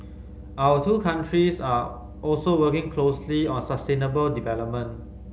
our two countries are also working closely on sustainable development